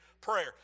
prayer